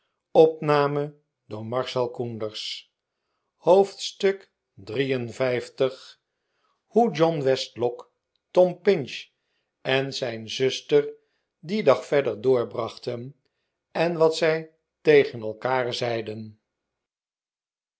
hoe john westlock tom pinch en zijn zuster dien dag verder doorbrachten en wat zij tegen elkaar zeiden